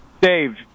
Dave